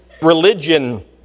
religion